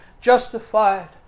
justified